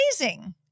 amazing